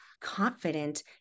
confident